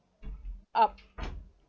up